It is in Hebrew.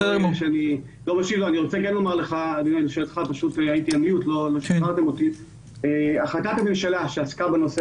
אני כן רוצה לומר לך שהחלטת הממשלה שעסקה בנושא